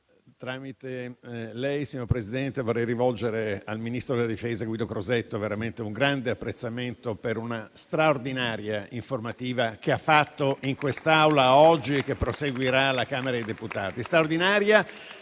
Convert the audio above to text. tramite lei vorrei rivolgere al ministro della difesa Guido Crosetto un grande apprezzamento per la straordinaria informativa che ha fatto in quest'Aula oggi e che proseguirà alla Camera dei deputati.